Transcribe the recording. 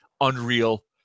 unreal